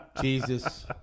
Jesus